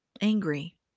angry